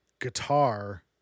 guitar